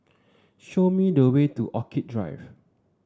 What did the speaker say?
show me the way to Orchid Drive